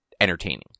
entertaining